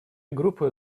группы